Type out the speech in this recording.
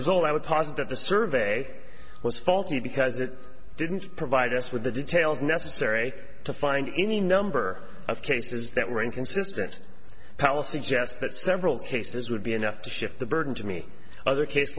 result i would posit that the survey was faulty because it didn't provide us with the details necessary to find any number of cases that were inconsistent pallas suggest that several cases would be enough to shift the burden to me other case